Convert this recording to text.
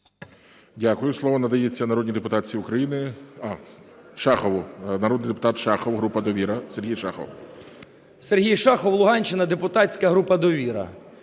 Дякую. Слово надається народній депутатці України… А! Шахову. Народний депутат Шахов, група "Довіра". Сергій Шахов. 14:35:43 ШАХОВ С.В. Сергій Шахов, Луганщина, депутатська група "Довіра".